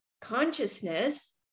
consciousness